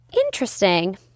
Interesting